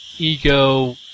Ego